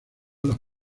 las